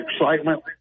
excitement